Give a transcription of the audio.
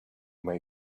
may